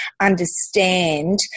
understand